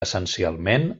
essencialment